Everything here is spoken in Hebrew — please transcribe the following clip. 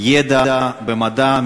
ידע במדע,